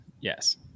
Yes